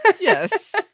Yes